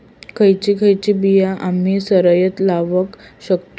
खयची खयची बिया आम्ही सरायत लावक शकतु?